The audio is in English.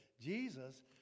Jesus